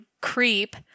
creep